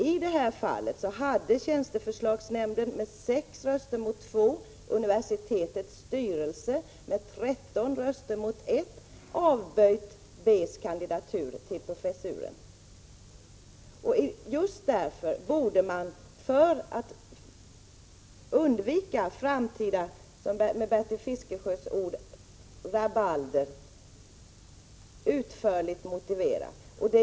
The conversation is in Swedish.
I det här fallet hade tjänsteförslagsnämnden med 6 röster mot 2 och universitetets styrelse med 13 röster mot 1 avböjt B:s kandidatur till professuren. För att undvika framtida rabalder, som Bertil Fiskesjö uttryckte det, borde man utförligt motivera beslutet.